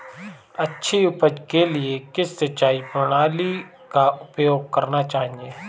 अच्छी उपज के लिए किस सिंचाई प्रणाली का उपयोग करना चाहिए?